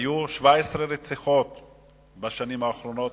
היו 17 רציחות בשנים האחרונות.